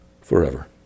forever